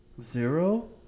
Zero